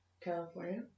California